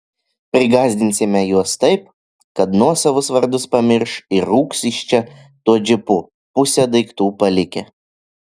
prigąsdinsime juos taip kad nuosavus vardus pamirš ir rūks iš čia tuo džipu pusę daiktų palikę